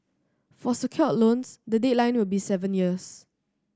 for secured loans the deadline will be seven years